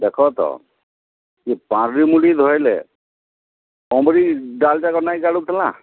ଦେଖ ତ ଇଏ ପାର୍ଲିଁ ମୁଣ୍ଡି ଧଇଲେ ତୁମରି ଡାଲ୍ ଯାକ ନାହିଁ ନା